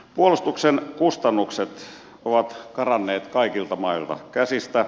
puolustuksen kustannukset ovat karanneet kaikilta mailta käsistä